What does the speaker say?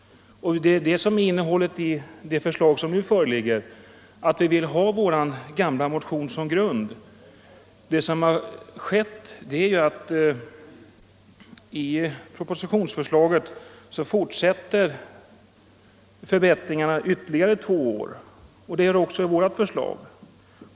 Innehållet i det förslag som nu föreligger från oss är grundat på den gamla motionen. Vad som skett sedan denna väcktes är att förslag framlagts i propositionen om att förbättringar skall genomföras under ytterligare två år. Det är också vad vi nu föreslår.